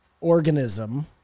organism